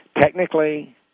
technically